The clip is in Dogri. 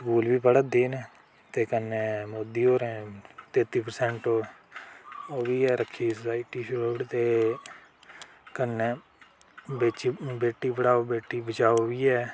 स्कूल बी पढ़ा दे न ते कन्नै मोदी होरें तेत्ती परसैंट ओह् बी ऐ रक्खी छूट ते कन्नै बेटी पढ़ाओ बेटी बचाओ बी ऐ